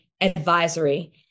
advisory